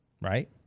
right